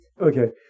Okay